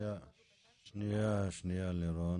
דורון,